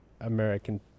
American